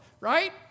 right